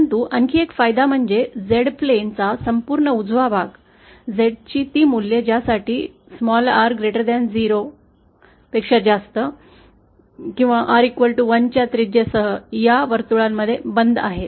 परंतु आणखी एक फायदा म्हणजे Z प्लेनचा संपूर्ण उजवा भाग Z ची ती मूल्ये ज्यासाठी R 0 पेक्षा जास्त R 1 च्या त्रिज्यासह या वर्तुळात बंद आहेत